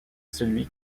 celui